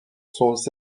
sont